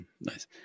Nice